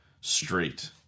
straight